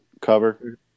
cover